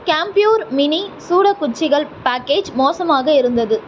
கேம்ப்யூர் mini சூட குச்சிகள் package மோசமாக இருந்தது